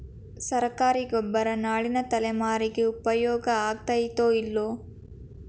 ಸರ್ಕಾರಿ ಗೊಬ್ಬರ ನಾಳಿನ ತಲೆಮಾರಿಗೆ ಉಪಯೋಗ ಆಗತೈತೋ, ಇಲ್ಲೋ?